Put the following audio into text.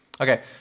Okay